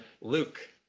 Luke